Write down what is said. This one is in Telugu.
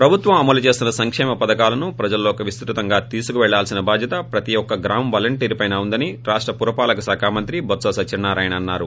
ప్రభుత్వం అమలు చేస్తున్న సంక్షేమ పథకాలను ప్రజల్లోకి విస్తృతంగా తీసుకెళ్లాల్సిన బాధ్యత ప్రతి ఒక్క గ్రామవాలంటీర్ పైనా ఉందని రాష్ట పురపాలక శాఖ మంత్రి బొత్స సత్వనారాయణ అన్నారు